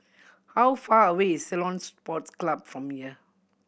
how far away is Ceylon Sports Club from here